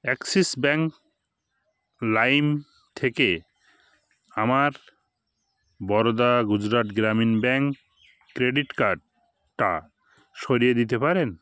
Axis bank লাইম থেকে আমার বরোদা গুজরাট গ্রামীণ ব্যাঙ্ক ক্রেডিট কার্ডটা সরিয়ে দিতে পারেন